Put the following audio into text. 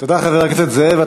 תודה, חבר הכנסת זאב.